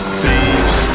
thieves